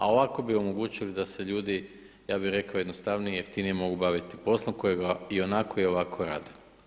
A ovako bi omogućili da se ljudi, ja bih rekao jednostavnije, jeftinije mogu baviti poslom kojega ionako i ovako rade.